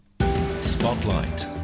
Spotlight